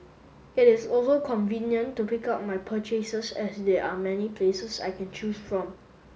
it is also convenient to pick up my purchases as there are many places I can choose from